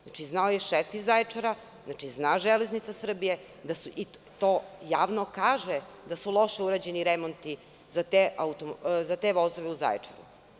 Znači znao je šef iz Zaječara, znači zna „Železnica Srbije“, i to javno kaže da su loše urađeni remonti za te vozove u Zaječaru.